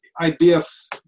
ideas